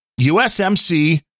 USMC